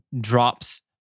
drops